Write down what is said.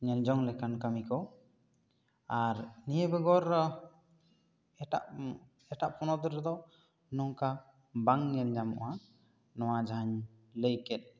ᱧᱮᱞ ᱡᱚᱝ ᱞᱮᱠᱟᱱ ᱠᱟᱹᱢᱤ ᱠᱚ ᱟᱨ ᱱᱤᱭᱟᱹ ᱵᱮᱜᱚᱨ ᱮᱴᱟᱜ ᱮᱴᱟᱜ ᱯᱚᱱᱚᱛ ᱨᱮᱫᱚ ᱱᱚᱝᱠᱟ ᱵᱟᱝ ᱧᱮᱞ ᱧᱟᱢᱚᱜᱼᱟ ᱱᱚᱣᱟ ᱡᱟᱦᱟᱸᱧ ᱞᱟᱹᱭ ᱠᱮᱫ